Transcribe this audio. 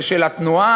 זה של התנועה?